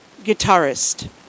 guitarist